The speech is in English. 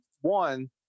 one